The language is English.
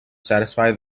satisfy